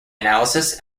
analysis